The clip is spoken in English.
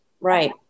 right